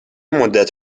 مدّت